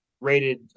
rated